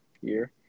year